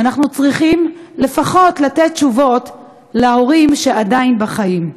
ואנחנו צריכים לפחות לתת תשובות להורים שעדיין בחיים.